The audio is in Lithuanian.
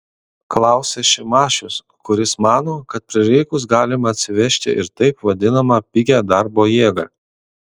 klausia šimašius kuris mano kad prireikus galima atsivežti ir taip vadinamą pigią darbo jėgą